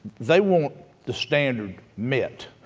they want the standard met.